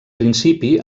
principi